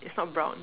it's not brown